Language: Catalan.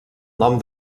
nom